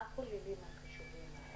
מה כוללים החישובים האלה?